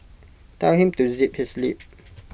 tell him to zip his lip